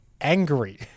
angry